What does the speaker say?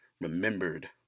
remembered